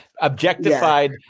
objectified